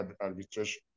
arbitration